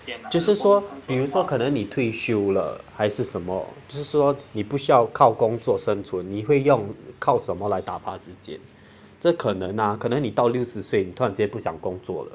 就是说比如说可能你退休了还是什么就说你不需要靠工作生存你会用靠什么来打发时间这可能那可能你到六十岁突然间不想工作了